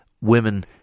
women